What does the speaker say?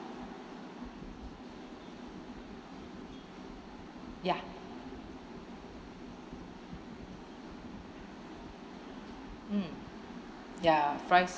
ya mm ya fries